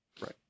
right